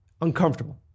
uncomfortable